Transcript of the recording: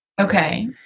Okay